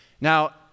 Now